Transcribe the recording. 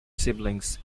siblings